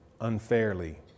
unfairly